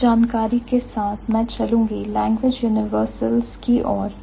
इस जानकारी के साथ मैं चलूंगी language universals लैंग्वेज यूनिवर्सल्स की ओर